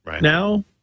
now